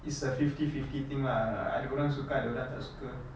it's a fifty fifty thing lah ada orang suka ada orang tak suka